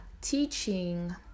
teaching